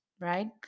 right